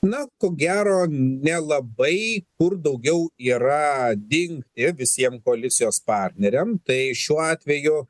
na ko gero nelabai kur daugiau yra dingt ir visiems koalicijos partneriam tai šiuo atveju